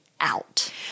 Out